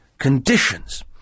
Conditions